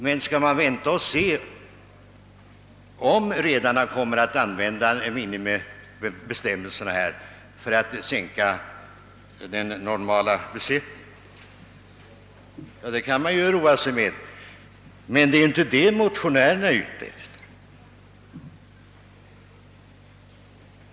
Men skall man vänta och se om redarna kommer att använda dessa minimibestämmelser för att minska den normala besättningen? Det kan man roa sig med, men det är inte det motionärerna är ute efter.